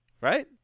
Right